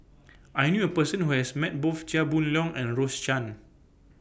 I knew A Person Who has Met Both Chia Boon Leong and Rose Chan